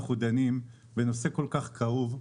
היום בנושא מאוד כאוב.